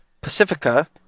pacifica